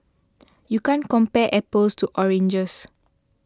you can't compare apples to oranges